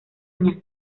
niña